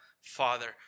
Father